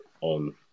on